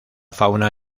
fauna